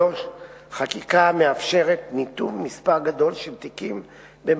חקיקה המאפשרת ניתוב מספר גדול של תיקים בין